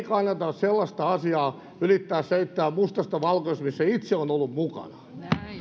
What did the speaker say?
kannata sellaista asiaa yrittää selittää mustasta valkoiseksi missä itse on ollut mukana